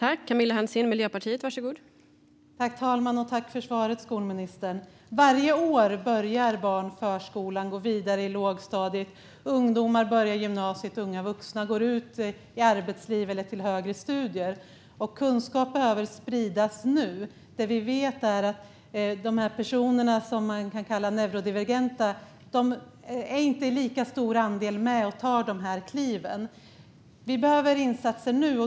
Fru talman! Tack, skolministern, för svaret! Varje år börjar barn i förskolan och går vidare i lågstadiet. Ungdomar börjar i gymnasiet, och unga vuxna går ut i arbetslivet eller till högre studier. Kunskap behöver spridas nu. Det vi vet är att de personer som vi kan kalla neurodivergenta inte i lika hög grad är med och tar dessa kliv. Vi behöver insatser nu.